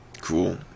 Cool